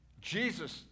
Jesus